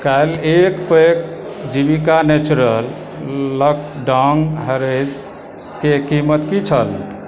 काल्हि एक pack Jeevika natural Lakadong हरदिके कीमत की छल